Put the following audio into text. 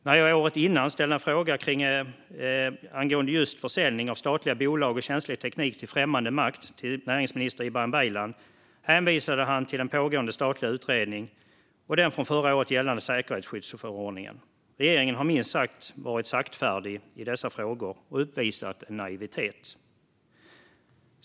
När jag året innan ställde en fråga till näringsminister Ibrahim Baylan angående just försäljning av statliga bolag och känslig teknik till främmande makt hänvisade han till den pågående statliga utredningen och den från förra året gällande säkerhetsskyddsförordningen. Regeringen har varit minst sagt saktfärdig i dessa frågor och uppvisat en naivitet.